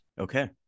Okay